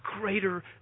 greater